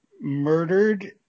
murdered